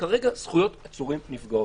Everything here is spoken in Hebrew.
וכרגע זכויות עצורים נפגעות.